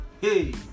hey